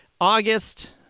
August